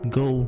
go